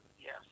Yes